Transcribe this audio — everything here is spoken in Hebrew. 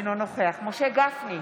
אינו נוכח משה גפני,